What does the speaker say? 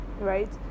right